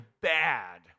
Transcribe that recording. bad